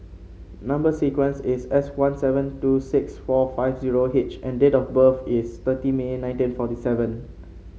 number sequence is S one seven two six four five zero H and date of birth is thirty May nineteen forty seven